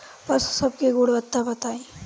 पशु सब के गुणवत्ता बताई?